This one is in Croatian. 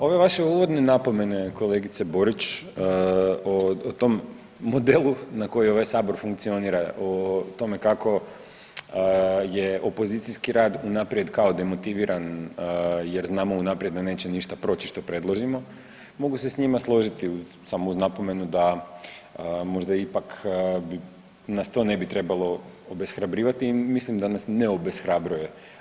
Ove vaše uvodne napomene kolegice Borić, o tom modelu na koji ovaj Sabor funkcionira, o tome kako je opozicijski rad unaprijed kao demotiviran jer znamo unaprijed da neće ništa proći što predložimo, mogu se s njima složiti samo uz napomenu da možda pak nas to ne bi trebalo obeshrabrivati i mislim da nas ne obeshrabruje.